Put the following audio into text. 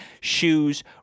shoes